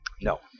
No